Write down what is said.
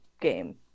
game